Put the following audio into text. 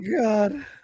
God